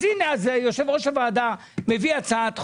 אז הנה, יושב ראש הוועדה מביא הצעת חוק.